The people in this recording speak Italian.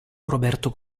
roberto